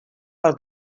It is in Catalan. pel